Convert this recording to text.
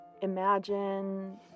imagine